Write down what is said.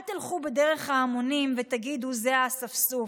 אל תלכו בדרך ההמונים ותגידו 'זה האספסוף',